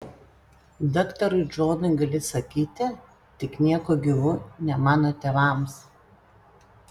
daktarui džonui gali sakyti tik nieku gyvu ne mano tėvams